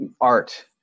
art